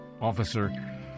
Officer